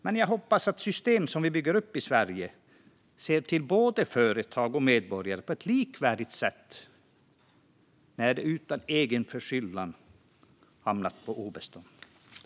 Men jag hoppas att det system som vi bygger upp i Sverige ser till både företag och medborgare på ett likvärdigt sätt när de utan egen förskyllan hamnar på obestånd.